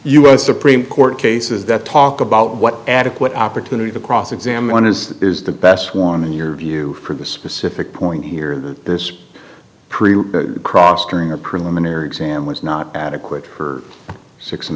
us supreme court cases that talk about what adequate opportunity to cross examine is is the best one in your view for the specific point here that this cross during a preliminary exam was not adequate for six and